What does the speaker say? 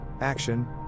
action